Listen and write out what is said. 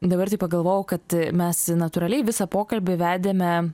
dabar taip pagalvojau kad mes natūraliai visą pokalbį vedėme